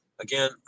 Again